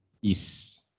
Yes